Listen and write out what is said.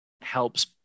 helps